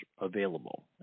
available